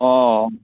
অ